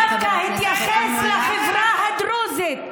ודווקא התייחס לחברה הדרוזית,